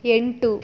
ಎಂಟು